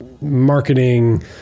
marketing